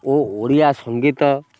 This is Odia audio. ଓ ଓଡ଼ିଆ ସଙ୍ଗୀତ